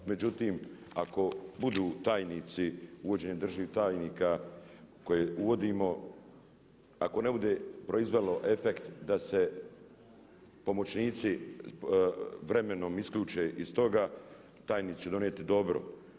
Međutim, ako budu tajnici, uvođenjem državnih tajnika koje uvodimo, ako ne bude proizvelo efekt da se pomoćnici vremenom isključe iz toga tajnici će donijeti dobro.